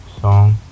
song